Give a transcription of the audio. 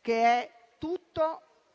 che è tutto